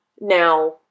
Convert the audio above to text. Now